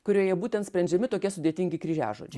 kurioje būtent sprendžiami tokie sudėtingi kryžiažodžiai